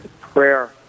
prayer